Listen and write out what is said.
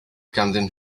ganddyn